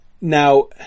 Now